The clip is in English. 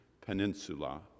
Peninsula